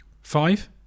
Five